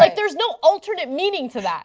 like there is no alternate meaning to that.